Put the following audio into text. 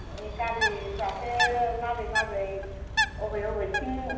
गारिफ्रासो माबोरै माबोरै बबे बबेथिं